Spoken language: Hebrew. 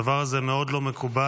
הדבר הזה מאוד לא מקובל,